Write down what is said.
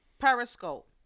Periscope